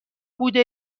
بوده